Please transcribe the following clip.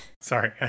Sorry